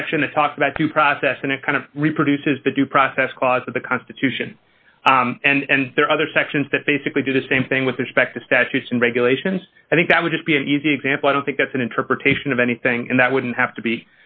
a section to talk about due process and it kind of reproduces the due process clause of the constitution and there are other sections that basically do the same thing with respect to statutes and regulations i think that would just be an easy example i don't think that's an interpretation of anything and that wouldn't have to be